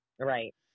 Right